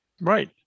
Right